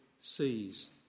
sees